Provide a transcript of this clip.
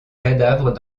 cadavres